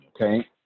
okay